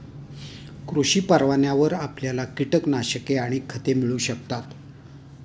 कृषी परवान्यावर आपल्याला कीटकनाशके आणि खते मिळू शकतात